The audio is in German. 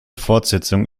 fortsetzung